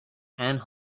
and